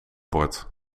wordt